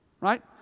right